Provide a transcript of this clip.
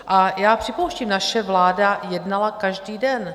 A já připouštím, naše vláda jednala každý den.